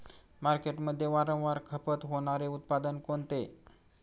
मार्केटमध्ये वारंवार खपत होणारे उत्पादन कोणते?